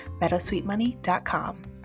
meadowsweetmoney.com